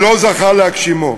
שלא זכה להגשימו,